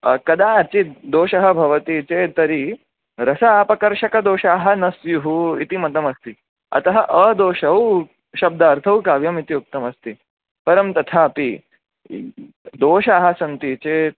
कदाचित् दोषः भवति चेत् तर्हि रस अपकर्षकदोषाः न स्युः इति मतमस्ति अतः अदोषौ शब्दार्थौ काव्यमिति उक्तमस्ति परं तथापि दोषाः सन्ति चेत्